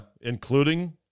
including